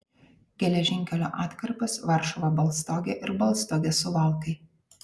geležinkelio atkarpas varšuva baltstogė ir baltstogė suvalkai